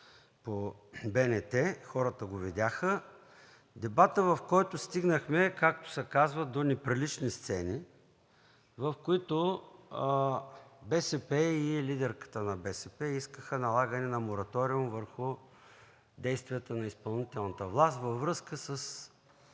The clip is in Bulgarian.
по БНТ и хората го видяха. Дебатът, в който, както се казва, стигнахме до неприлични сцени, в които БСП и лидерката на БСП искаха налагане на мораториум върху действията на изпълнителната власт във връзка с